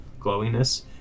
glowiness